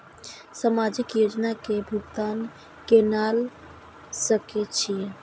समाजिक योजना के भुगतान केना ल सके छिऐ?